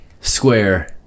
square